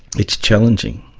it's challenging,